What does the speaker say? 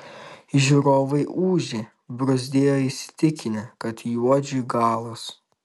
žiūrovai ūžė bruzdėjo įsitikinę kad juodžiui galas